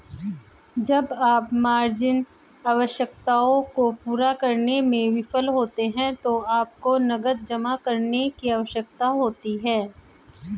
जब आप मार्जिन आवश्यकताओं को पूरा करने में विफल होते हैं तो आपको नकद जमा करने की आवश्यकता होती है